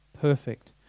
perfect